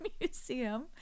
museum